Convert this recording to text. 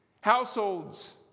Households